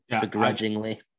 Begrudgingly